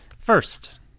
First